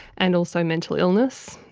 and also mental illness.